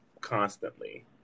constantly